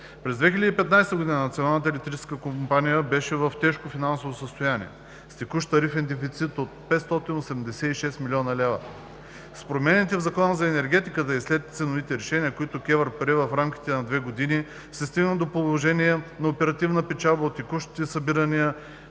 компания беше в тежко финансово състояние – с текущ тарифен дефицит от 586 млн. лв. С промените в Закона за енергетиката и след ценовите решения, които КЕВР прие в рамките на двете години, се стигна до положение на оперативна печалба от текущи събирания